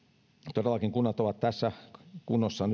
todellakin kunnat ovat tässä kunnossa